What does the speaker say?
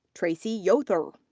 tracy yother.